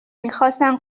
میخاستن